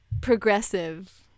progressive